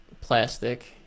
plastic